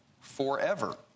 forever